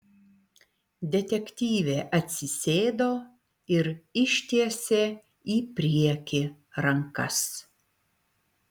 detektyvė atsisėdo ir ištiesė į priekį rankas